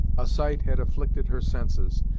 a sight had afflicted her senses,